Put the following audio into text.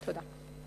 תודה.